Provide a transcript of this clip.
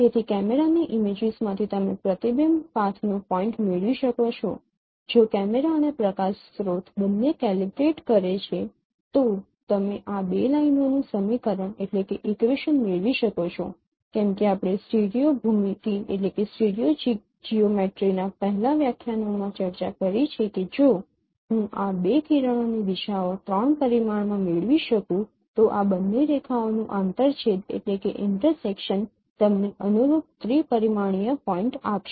તેથી કેમેરાની ઇમેજીસ માંથી તમે પ્રતિબિંબિત પાથનો પોઈન્ટ મેળવી શકો છો જો કેમેરા અને પ્રકાશ સ્રોત બંને કેલિબ્રેટ કરે છે તો તમે આ બે લાઇનોનું સમીકરણ મેળવી શકો છો કેમ કે આપણે સ્ટીરિયો ભૂમિતિ ના પહેલાનાં વ્યાખ્યાનોમાં ચર્ચા કરી છે કે જો હું આ ૨ કિરણોની દિશાઓ 3 પરિમાણમાં મેળવી શકું તો આ બંને રેખાઓનું આંતરછેદ તમને અનુરૂપ ત્રિ પરિમાણીય પોઈન્ટ આપશે